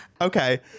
Okay